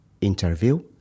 interview